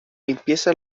limpieza